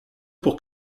pour